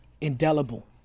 indelible